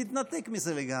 תתנתק מזה לגמרי.